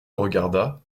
regarda